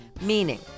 meaning